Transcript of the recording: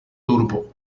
turbo